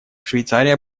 швейцария